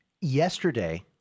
yesterday